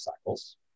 cycles